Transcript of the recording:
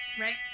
Right